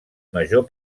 major